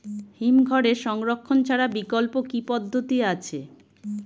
হিমঘরে সংরক্ষণ ছাড়া বিকল্প কি পদ্ধতি আছে?